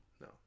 No